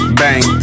bang